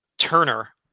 turner